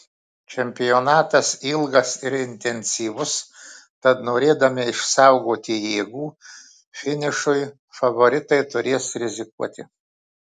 čempionatas ilgas ir intensyvus tad norėdami išsaugoti jėgų finišui favoritai turės rizikuoti